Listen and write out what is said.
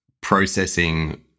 processing